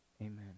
amen